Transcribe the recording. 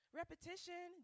repetition